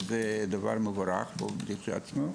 וזה דבר מבורך כשלעצמו,